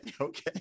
okay